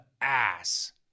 ass